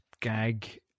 gag